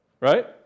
Right